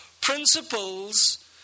principles